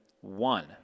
one